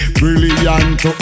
brilliant